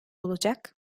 olacak